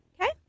Okay